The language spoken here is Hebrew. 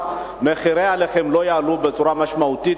שמחירי הלחם לא יעלו בצורה משמעותית,